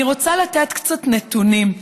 אני רוצה לתת קצת נתונים.